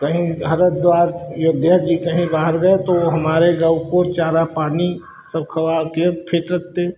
तो हम हरिद्वार अयोध्या जी कहीं बाहर गए तो वह हमारे गौ को चारा पानी सब खबा कर फिट रखते